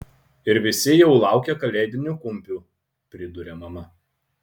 ir visi jau laukia kalėdinių kumpių priduria mama